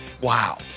Wow